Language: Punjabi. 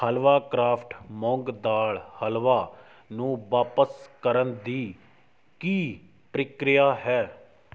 ਹਲਵਾ ਕਰਾਫਟ ਮੂੰਗ ਦਾਲ ਹਲਵਾ ਨੂੰ ਵਾਪਸ ਕਰਨ ਦੀ ਕੀ ਪ੍ਰਕਿਰਿਆ ਹੈ